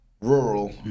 rural